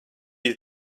you